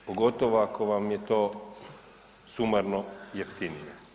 Pogotovo ako vam je to sumarno jeftinije.